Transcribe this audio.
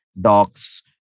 docs